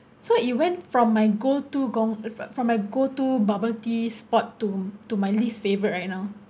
so it went from my go to gong~ from my go to bubble tea spot to to my least favourite right now